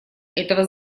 этого